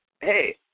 Hey